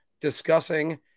discussing